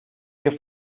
que